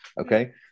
Okay